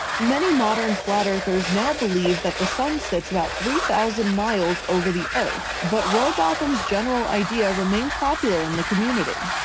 many modern flat-earthers now believe that the sun sits about three thousand miles over the earth, but rowbotham's general idea remains popular in the community.